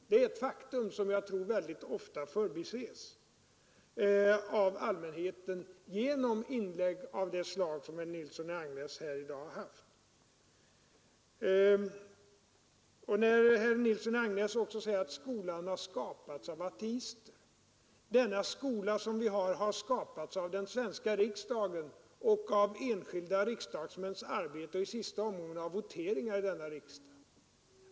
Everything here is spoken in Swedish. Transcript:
Detta är ett faktum som jag tror mycket ofta förbises av allmänheten, kanske på grund av inlägg av det slag som herr Nilsson i Agnäs här i dag har gjort. Herr Nilsson i Agnäs påstår att skolan har skapats av ateister. Det vill jag bemöta med att vår skola har skapats av den svenska riksdagen, genom enskilda riksdagsmäns arbete och i sista omgången genom voteringar i denna riksdag.